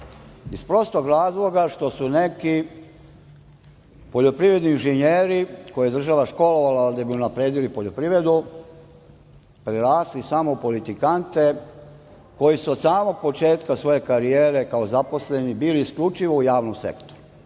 Iz prostog razloga što su neki poljoprivredni inženjeri koje je država školovala da bi unapredili poljoprivredu prerasli samo u politikante koji su od samog početka svoje karijere kao zaposleni bili isključivo u javnom sektoru. Danas